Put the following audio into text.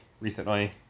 recently